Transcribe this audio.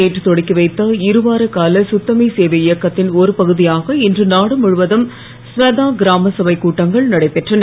நேற்று தொடக்கி வைத்த இருவார கால கத்தமே சேவை இயக்கத்தின் ஒரு பகுதியாக இன்று நாடு முழுவதும் ஸ்வச்சதா இராமசபை கூட்டங்கள் நடைபெற்றன